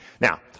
Now